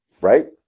right